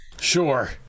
Sure